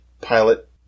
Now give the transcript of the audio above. pilot